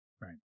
Right